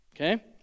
Okay